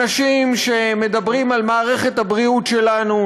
אנשים שמדברים על מערכת הבריאות שלנו,